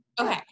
Okay